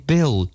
Bill